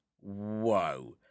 Whoa